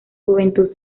juventud